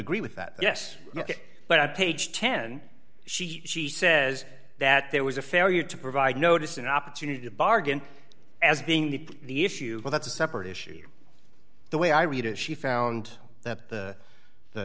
agree with that yes but i page ten she she says that there was a failure to provide notice an opportunity to bargain as being the the issue but that's a separate issue the way i read it she found that the